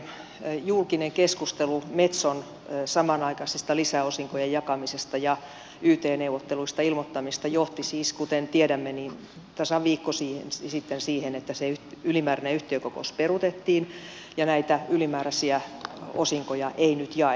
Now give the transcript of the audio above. tämä viimeviikkoinen julkinen keskustelu metson samanaikaisesta lisäosinkojen jakamisesta ja yt neuvotteluista ilmoittamisesta johti siis kuten tiedämme tasan viikko sitten siihen että se ylimääräinen yhtiökokous peruutettiin ja näitä ylimääräisiä osinkoja ei nyt jaeta